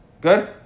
Good